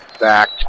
back